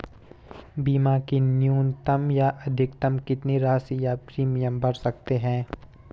बीमा की न्यूनतम या अधिकतम कितनी राशि या प्रीमियम भर सकते हैं?